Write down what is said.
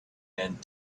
and